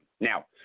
Now